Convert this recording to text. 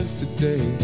today